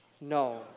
No